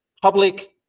Public